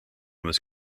was